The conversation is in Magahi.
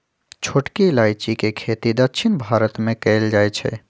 छोटकी इलाइजी के खेती दक्षिण भारत मे कएल जाए छै